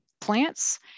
plants